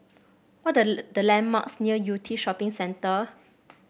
what are the landmarks near Yew Tee Shopping Centre